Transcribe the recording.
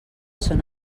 són